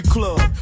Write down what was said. club